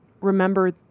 remember